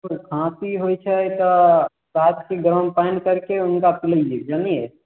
पूरे खाँसी होयत छै तऽ रातिके गरम पानि करके हुनका पिलैऔ जनलियै